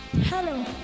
hello